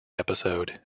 episode